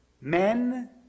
men